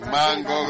Mango